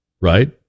Right